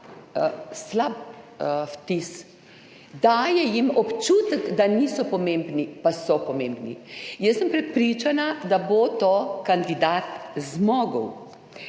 slab vtis. Daje jim občutek, da niso pomembni, pa so pomembni. Jaz sem prepričana, da bo to kandidat zmogel.